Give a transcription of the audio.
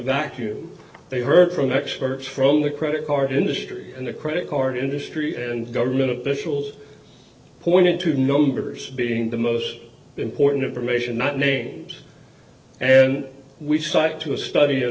vacuum they heard from experts from the credit card industry and the credit card industry and government officials pointed to numbers being the most important information not names and we cite to a study